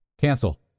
Cancel